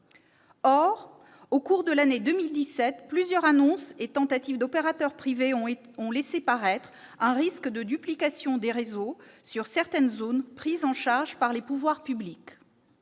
Or, au cours de l'année 2017, plusieurs annonces et tentatives d'opérateurs privés ont laissé paraître un risque de duplication des réseaux sur certaines zones prises en charge par les pouvoirs publics.